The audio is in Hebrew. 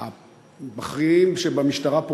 הבכירים שבמשטרה,